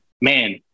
man